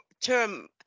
term